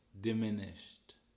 diminished